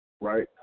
right